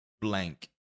blank